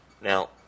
Now